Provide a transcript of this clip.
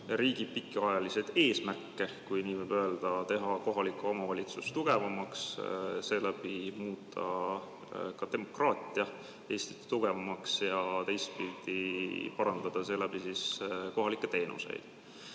riigi pikaajalisi eesmärke, kui nii võib öelda, teha kohalik omavalitsus tugevamaks ja seeläbi muuta ka demokraatiat Eestis tugevamaks ja teistpidi parandada kohalikke teenuseid.